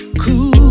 cool